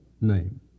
name